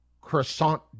croissant